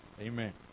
Amen